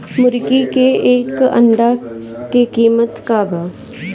मुर्गी के एक अंडा के कीमत का बा?